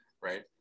right